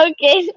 Okay